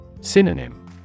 synonym